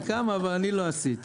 היא קמה, אבל אני לא עשיתי